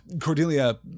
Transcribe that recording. Cordelia